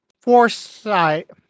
foresight